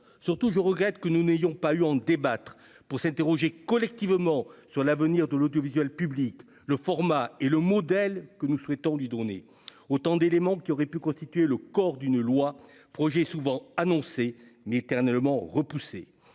surtout, je regrette que nous n'ayons pas eu en débattre pour s'interroger collectivement sur l'avenir de l'audiovisuel public, le format et le modèle que nous souhaitons lui donner autant d'éléments qui aurait pu constituer le corps d'une loi, projet souvent annoncé mi-éternellement repoussées,